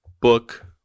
book